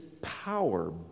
power